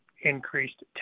increased